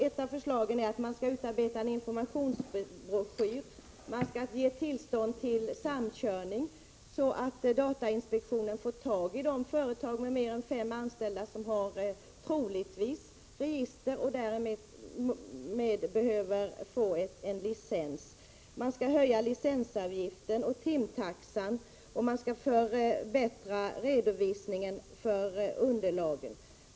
Ett av förslagen går ut på att en informationsbroschyr skall utarbetas. Man skall ge tillstånd till samkörning, så att datainspektionen får tag i de företag på mer än fem anställda som troligtvis har register och därmed behöver få en licens. Man skall höja licensavgiften och timtaxan samt förbättra redovisningen för underlaget.